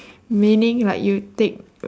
meaning like you take